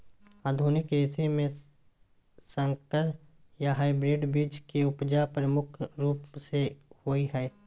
आधुनिक कृषि में संकर या हाइब्रिड बीज के उपजा प्रमुख रूप से होय हय